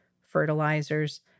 fertilizers